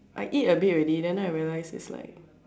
I eat a bit already then now I realised it's like